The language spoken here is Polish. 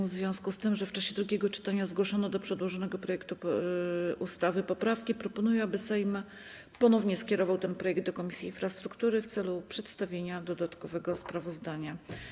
W związku z tym, że w czasie drugiego czytania zgłoszono do przedłożonego projektu ustawy poprawki, proponuję, aby Sejm ponownie skierował ten projekt do Komisji Infrastruktury w celu przedstawienia dodatkowego sprawozdania.